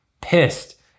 pissed